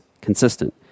consistent